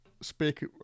speak